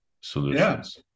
solutions